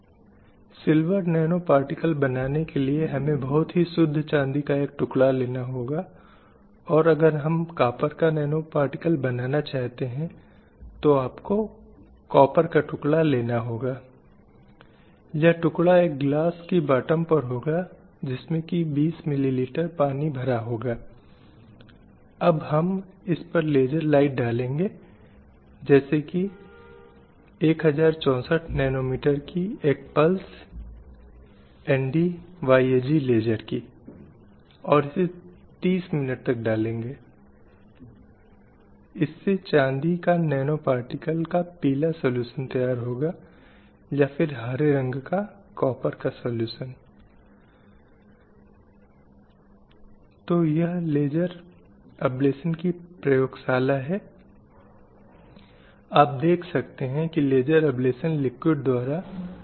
महिलाएं घरों में बेहतर होती हैं वे स्वभाव से विनम्र भावुक कोमल होती हैं वे अपनी भलाई के लिए मानसिक रूप से पुरुषों पर निर्भर होती हैं अब जैसा कि मैंने इसे शीर्षक दिया है ये मूल रूप से मिथक हैं मिथक जो इस लैंगिक रूढ़िबद्धता से उपजा है जो पीढ़ियों और सदियों से हुआ है और जो हमें यह विश्वास दिलाते हैं कि एक समूह कुछ चीजें कर सकता है दूसरा समूह जिसके लिए अक्षम है हाल ही में रक्षा में महिलाओं को युद्ध में शामिल करने के लिए यह चर्चा थी